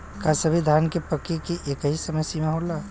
का सभी धान के पके के एकही समय सीमा होला?